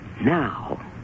now